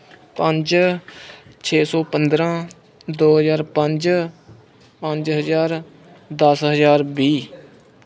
ਪੰਜ ਛੇ ਸੌ ਪੰਦਰਾਂ ਦੋ ਹਜ਼ਾਰ ਪੰਜ ਪੰਜ ਹਜ਼ਾਰ ਦਸ ਹਜ਼ਾਰ ਵੀਹ